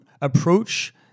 approach